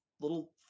little